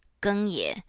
geng ye,